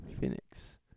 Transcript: Phoenix